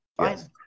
Yes